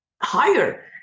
higher